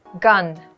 Gun